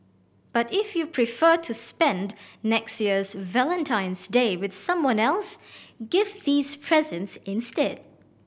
but if you prefer to spend next year's Valentine's Day with someone else give these presents instead